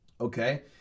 okay